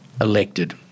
elected